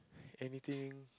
anything